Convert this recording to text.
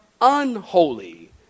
unholy